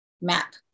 map